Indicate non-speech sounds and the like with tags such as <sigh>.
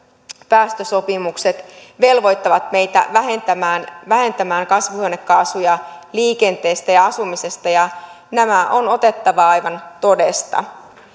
päästösopimukset velvoittavat meitä vähentämään vähentämään kasvihuonekaasuja liikenteestä ja asumisesta ja nämä on otettava aivan todesta <unintelligible>